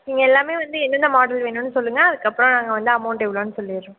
நீங்கள் எல்லாமே வந்து என்னென்ன மாடல் வேணும்னு சொல்லுங்கள் அதற்கப்பறம் நாங்கள் வந்து அமௌன்ட் எவ்வளோனு சொல்லிடுறோம்